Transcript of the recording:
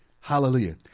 Hallelujah